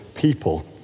people